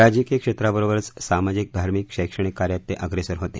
राजकीय क्षेत्राबरोबरच सामाजिक धार्मिक शैक्षणिक कार्यात ते अप्रेसर होते